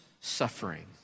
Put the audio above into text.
suffering